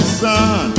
son